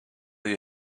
you